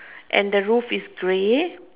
and the roof is grey